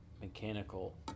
mechanical